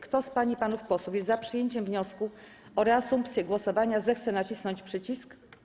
Kto z pań i panów posłów jest za przyjęciem wniosku o reasumpcję głosowania, zechce nacisnąć przycisk.